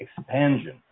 expansion